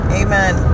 amen